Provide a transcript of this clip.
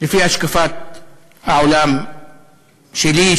לפי השקפת העולם שלי,